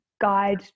guide